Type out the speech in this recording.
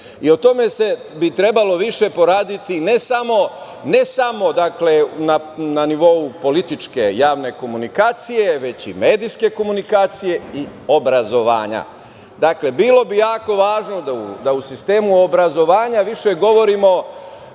i o tome bi trebalo više poraditi, ne samo na nivou političke javne komunikacije, već i medijske komunikacije i obrazovanja. Dakle, bilo bi jako važno da u sistemu obrazovanja više govorimo,